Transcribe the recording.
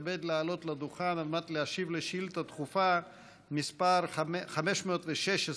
יתכבד לעלות לדוכן ולהשיב על שאילתה דחופה מס' 516,